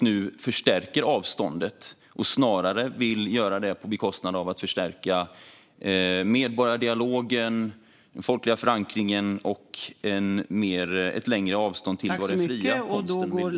Nu förstärker man avståndet och vill snarare göra det genom att förstärka medborgardialogen och den folkliga förankringen samt genom att ha ett längre avstånd till vad den fria konsten vill uttrycka.